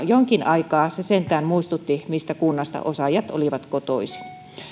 jonkin aikaa se sentään muistutti mistä kunnasta osaajat olivat kotoisin